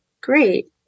great